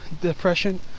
depression